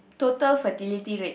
total fertility rate